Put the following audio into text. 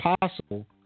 Possible